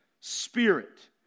spirit